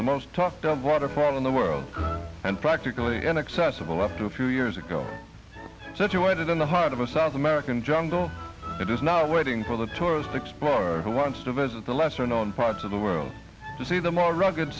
the most talked of waterfall in the world and practically inaccessible up to a few years ago situated in the heart of a south american jungle that is now waiting for the tourist explorer who wants to visit the lesser known parts of the world to see them all r